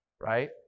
right